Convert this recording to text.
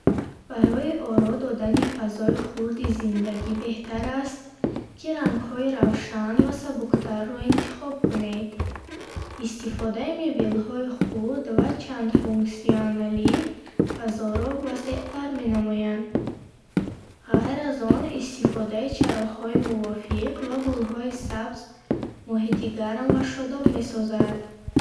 Барои оро додани фазои хурди зиндагӣ беҳтар аст, ки рангҳои равшан ва сабуктарро интихоб кунед. Истифодаи мебелҳои хурд ва чандфунксионалӣ фазоро васеътар менамояд. Ғайр аз он, истифодаи чароғҳои мувофиқ ва гулҳои сабз муҳити гарм ва шодоб месозад.